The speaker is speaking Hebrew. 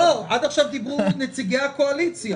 חצי, לא, את ה-400 מיליון ואני את העסקים החדשים.